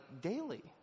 daily